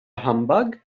humbug